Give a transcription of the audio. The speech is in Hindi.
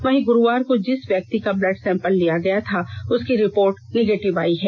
वहीं गुरुवार को जिस व्यक्ति का ब्लड सैंपल लिया गया था उसकी रिपोर्ट निगेटिव आई है